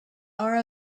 are